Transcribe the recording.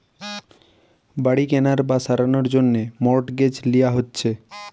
বাড়ি কেনার বা সারানোর জন্যে মর্টগেজ লিয়া হচ্ছে